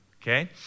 Okay